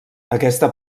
aquesta